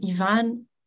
Ivan